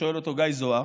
שואל אותו גיא זוהר.